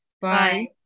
Bye